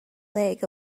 leg